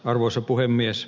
arvoisa puhemies